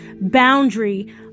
boundary